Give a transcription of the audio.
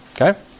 Okay